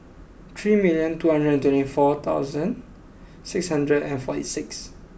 three million two hundred and twenty four thousand six hundred and forty six